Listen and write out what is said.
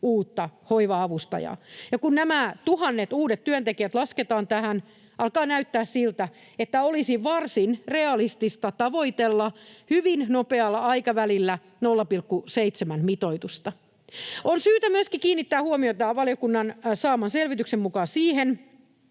uutta hoiva-avustajaa. Ja kun nämä tuhannet uudet työntekijät lasketaan tähän, alkaa näyttää siltä, että olisi varsin realistista tavoitella hyvin nopealla aikavälillä 0,7-mitoitusta. On syytä myöskin kiinnittää huomiota valiokunnan saaman selvityksen mukaan siihen,